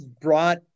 brought